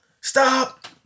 stop